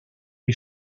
est